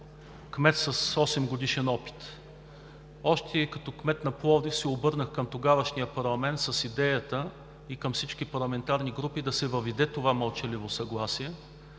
кмет с осемгодишен опит. Още като кмет на Пловдив се обърнах към тогавашния парламент и към всички парламентарни групи с идеята да се въведе това мълчаливо съгласие.